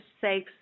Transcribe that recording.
safe